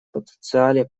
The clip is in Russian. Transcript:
потенциале